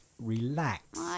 relax